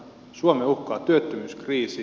suomea uhkaa työttömyyskriisi